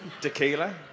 tequila